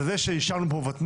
על זה שאישרנו פה ותמ"לים,